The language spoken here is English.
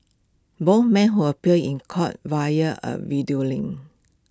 both men who appeared in court via A video link